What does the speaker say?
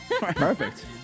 Perfect